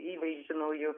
įvaizdžiu nauju